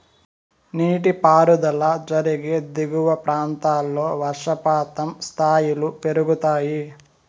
నీటిపారుదల జరిగే దిగువ ప్రాంతాల్లో వర్షపాతం స్థాయిలు పెరుగుతాయి